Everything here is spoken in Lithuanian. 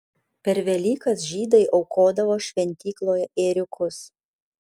per velykas žydai aukodavo šventykloje ėriukus